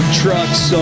trucks